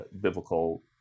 biblical